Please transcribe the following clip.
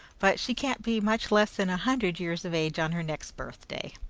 but she can't be much less than a hundred years of age on her next birthday.